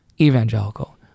evangelical